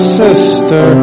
sister